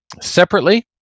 separately